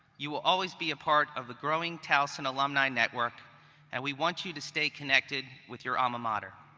you will always be a part of the growing towson alumni network and we want you to stay connected with your alma mater.